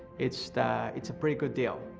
it's it's a pretty good deal.